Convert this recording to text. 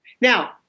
Now